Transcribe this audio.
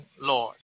Lord